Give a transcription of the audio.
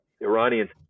Iranians